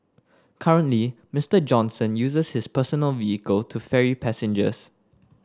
currently Mister Johnson uses his personal vehicle to ferry passengers